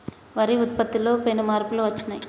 వరి ఉత్పత్తిలో పెను మార్పులు వచ్చినాయ్